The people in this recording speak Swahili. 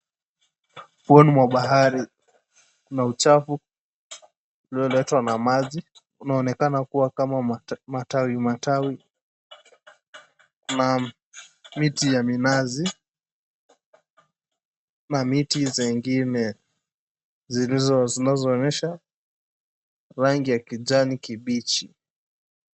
Ufuoni mwa bahari. Kuna uchafu ulioletwa na maji. Unaonekana kuwa matawi matawi na miti ya minazi na miti zingine zinazoonyesha rangi ya kijani kibichi.